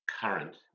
current